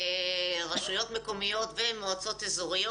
רשויות מקומיות ומועצות אזוריות.